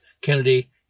Kennedy